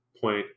point